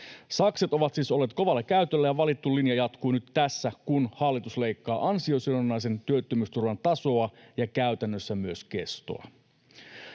Sakset ovat siis olleet kovalla käytöllä, ja valittu linja jatkuu nyt tässä, kun hallitus leikkaa ansiosidonnaisen työttömyysturvan tasoa ja käytännössä myös kestoa.